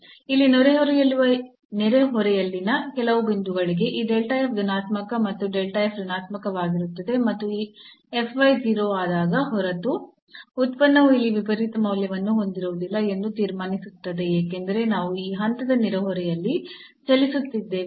ಇಲ್ಲಿ ನೆರೆಹೊರೆಯಲ್ಲಿನ ಕೆಲವು ಬಿಂದುಗಳಿಗೆ ಈ ಧನಾತ್ಮಕ ಮತ್ತು ಋಣಾತ್ಮಕವಾಗಿರುತ್ತದೆ ಮತ್ತು ಈ 0 ಆಗದ ಹೊರತು ಉತ್ಪನ್ನವು ಇಲ್ಲಿ ವಿಪರೀತ ಮೌಲ್ಯವನ್ನು ಹೊಂದಿರುವುದಿಲ್ಲ ಎಂದು ತೀರ್ಮಾನಿಸುತ್ತದೆ ಏಕೆಂದರೆ ನಾವು ಈ ಹಂತದ ನೆರೆಹೊರೆಯಲ್ಲಿ ಚಲಿಸುತ್ತಿದ್ದೇವೆ